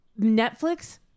Netflix